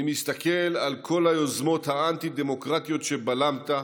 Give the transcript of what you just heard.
אני מסתכל על כל היוזמות האנטי-דמוקרטיות שבלמת,